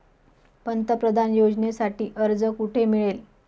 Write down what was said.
पंतप्रधान योजनेसाठी अर्ज कुठे मिळेल?